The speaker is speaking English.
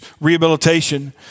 rehabilitation